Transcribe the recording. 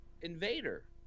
invader